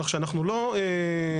כך שאנחנו לא מתעלמים.